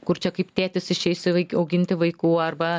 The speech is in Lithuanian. kur čia kaip tėtis išeisiu auginti vaikų arba